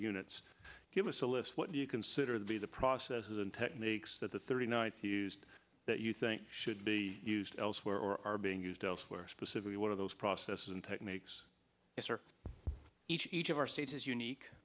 units give us a list what do you consider the the processes and techniques that the thirty ninth used that you think should be used elsewhere or are being used elsewhere specifically one of those processes and techniques for each of our states is unique